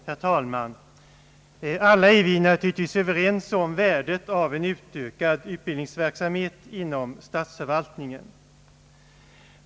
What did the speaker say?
Herr talman! Alla är vi naturligtvis överens om värdet av en utökad utbildningsverksamhet inom statsförvaltningen.